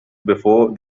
before